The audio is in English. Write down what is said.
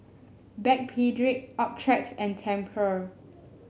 Backpedic Optrex and Tempur